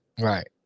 right